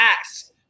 ask